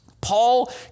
Paul